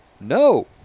no